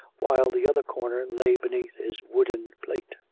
while the other corner lay beneath his wooden plate.